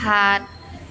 সাত